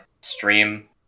stream